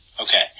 Okay